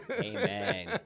Amen